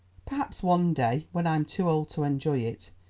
perhaps one day when i am too old to enjoy it,